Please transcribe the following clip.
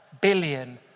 billion